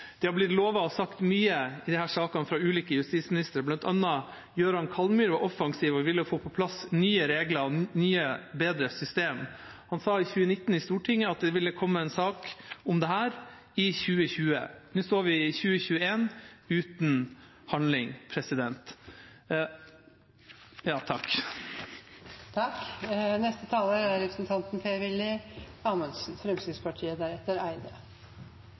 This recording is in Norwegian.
Det er fra ulike justisministere blitt lovet og sagt mye i disse sakene. Blant annet Jøran Kallmyr var offensiv og ville få på plass nye regler og bedre systemer. Han sa i 2019 i Stortinget at det ville komme en sak om dette i 2020. Nå står vi i 2021 – uten handling. Kriminalisering av deltakelse i kriminelle sammenslutninger – det er